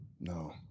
no